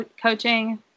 coaching